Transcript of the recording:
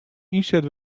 ynset